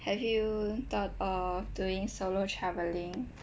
have you thought of doing solo travelling